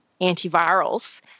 antivirals